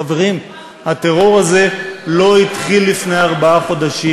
חברים, הטרור הזה לא התחיל לפני ארבעה חודשים.